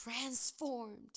transformed